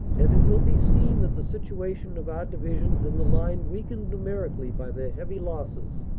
and it will be seen that the situation of our divisions in the line-weakened num erically by their heavy losses,